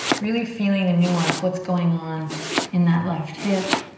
really feeling a nuance, what's going on in that left hip.